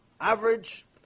average